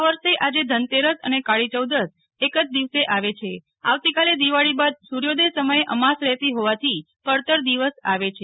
આ વર્ષે આજે ધનતેરસ અને કાળીચૌદસ એક દિવસે જ છે આવતીકાલે દિવાળી બાદ સૂર્યોદય સમયે અમાસ રફેતી ફોવાથી પડતર દિવસ આવે છે